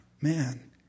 man